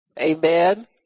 Amen